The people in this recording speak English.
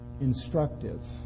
instructive